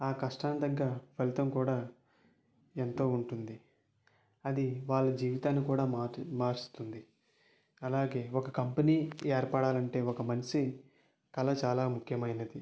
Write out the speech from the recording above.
ఆ కష్టానికి తగ్గ ఫలితం కూడా ఎంతో ఉంటుంది అది వారి జీవితాన్ని కూడా మారుస్తుంది అలాగే ఒక కంపెనీ ఏర్పడాలి అంటే ఒక మనిషి కల చాలా ముఖ్యమైనది